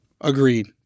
Agreed